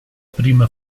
prima